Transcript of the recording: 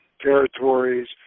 territories